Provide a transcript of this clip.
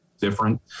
different